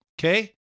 Okay